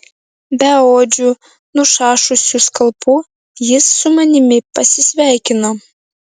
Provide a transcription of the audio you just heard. beodžiu nušašusiu skalpu jis su manimi pasisveikino